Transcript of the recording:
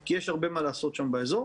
כי יש הרבה מה לעשות שם באזור.